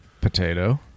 Potato